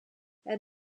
and